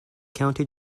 county